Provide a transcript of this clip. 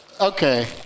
Okay